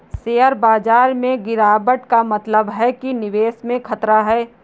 share बाजार में गिराबट का मतलब है कि निवेश में खतरा है